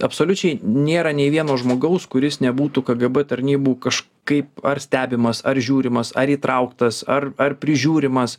absoliučiai nėra nei vieno žmogaus kuris nebūtų kgb tarnybų kažkaip ar stebimas ar žiūrimas ar įtrauktas ar ar prižiūrimas